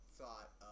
thought